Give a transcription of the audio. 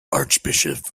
archbishop